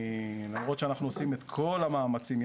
למרות שאנחנו עושים את כל המאמצים,